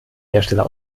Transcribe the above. hersteller